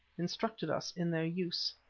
instructed us in their use.